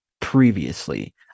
previously